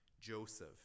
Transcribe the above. Joseph